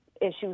issues